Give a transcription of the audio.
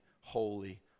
holy